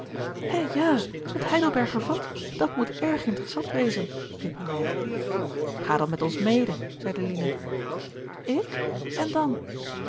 hè ja het heidelberger vat dat moet erg interessant wezen riep henriette ga dan met ons mede zeide lina ik en dan